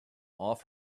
off